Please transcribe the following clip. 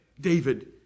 David